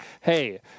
hey